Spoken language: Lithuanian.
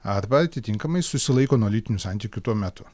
arba atitinkamai susilaiko nuo lytinių santykių tuo metu